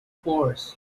force